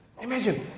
Imagine